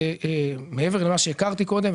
מעבר למה שהכרתי קודם,